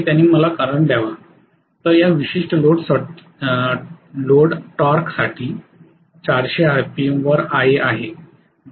तर या विशिष्ट लोड टॉर्कसाठी 400 आरपीएम वर Ia आहे